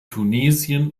tunesien